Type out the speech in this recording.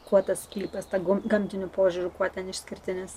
kuo tas sklypas tuo gamtiniu požiūriu kuo ten išskirtinis